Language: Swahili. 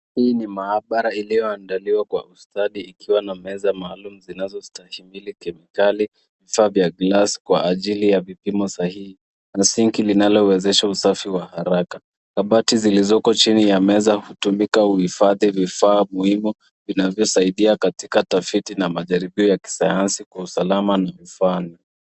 Hii ni maabara iliyoandaliwa kwa ustadi ikiwa na meza maalum zinazostahimili kemikali. Vifaa vya glass kwa ajili ya vipimo sahihi, msingi linalowezesha usafi wa haraka. Mabati zilizoko chini ya meza hutumika kuhifadhi vifaa muhimu vinavyo saidia katika utafiti na majaribio ya kisayansi kwa usalama na mfano.